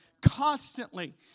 constantly